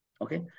okay